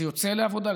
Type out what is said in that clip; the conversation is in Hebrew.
זה יוצא לעבודה.